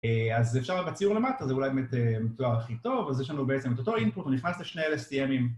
אז אפשר בציור למטה, זה אולי באמת מתואר הכי טוב אז יש לנו בעצם את אותו input, הוא נכנס לשני lstmים.